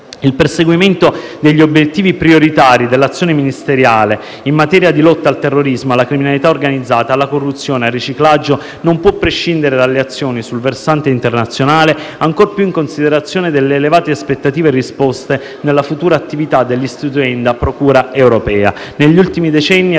il perseguimento degli obiettivi prioritari dell'azione ministeriale in materia di lotta al terrorismo, alla criminalità organizzata, alla corruzione e al riciclaggio non può prescindere dalle azioni sul versante internazionale, ancor più in considerazione delle elevate aspettative riposte nella futura attività dell'istituenda procura europea.